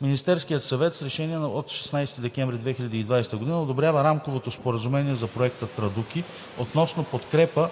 Министерският съвет с решение от 16 декември 2020 г. одобрява Рамковото споразумение за Проекта „Традуки“ относно подкрепа